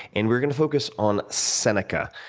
and we're going focus on seneca,